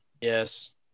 Yes